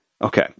Okay